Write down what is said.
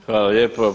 Hvala lijepo.